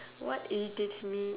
what irritates me